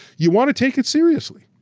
you wanna take it seriously.